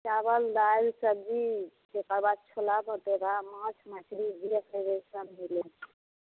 चाबल दाली सब्जी तेकरा बाद छोला भटूरा मासु मछली जे खैबै सब मिलै छै